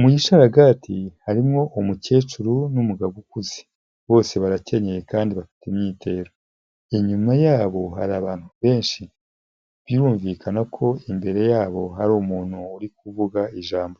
Mu gisharagati harimo umukecuru n'umugabo ukuze bose barakenyeye kandi bafite imyitero, inyuma yabo hari abantu benshi birumvikana ko imbere yabo hari umuntu uri kuvuga ijambo,